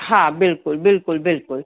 हा बिल्कुलु बिल्कुलु बिल्कुलु